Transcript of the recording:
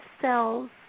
cells